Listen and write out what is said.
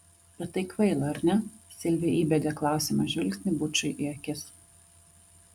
bet tai kvaila ar ne silvija įbedė klausiamą žvilgsnį bučui į akis